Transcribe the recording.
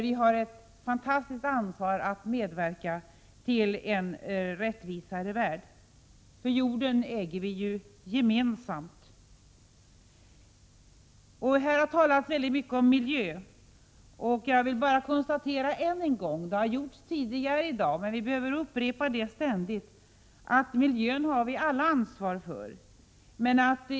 Vi har ett fantastiskt ansvar när det gäller att medverka till en rättvisare värld. Jorden äger vi gemensamt! Här har talats mycket om miljö. Jag vill konstatera än en gång — det har gjorts tidigare i dag, men vi behöver upprepa det ständigt — att vi alla har ansvar för miljön.